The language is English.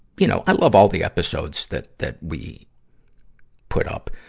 you know, i love all the episodes that, that we put up.